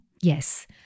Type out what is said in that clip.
Yes